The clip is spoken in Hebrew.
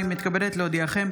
אני מתכבדת להודיעכם,